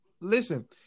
listen